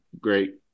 great